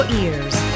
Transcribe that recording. ears